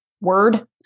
word